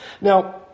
Now